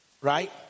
right